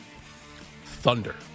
Thunder